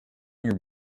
your